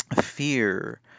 fear